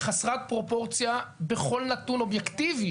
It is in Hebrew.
היא חסרת פרופורציה בכל נתון אובייקטיבי